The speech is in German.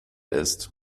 ist